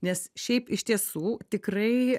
nes šiaip iš tiesų tikrai